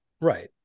Right